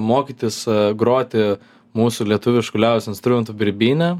mokytis groti mūsų lietuvišku liaudies instrumentu birbyne